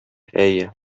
әйе